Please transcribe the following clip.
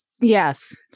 Yes